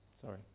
Sorry